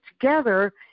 together